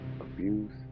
abuse